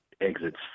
exits